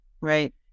Right